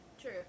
True